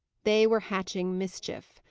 they were hatching mischief.